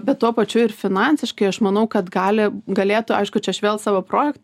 bet tuo pačiu ir finansiškai aš manau kad gali galėtų aišku čia vėl savo projekto